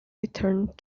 returned